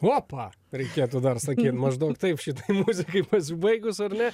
opa reikėtų dar sakyt maždaug taip šitai muzikai pasibaigus ar ne